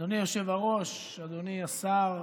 אדוני היושב-ראש, אדוני השר,